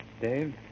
Dave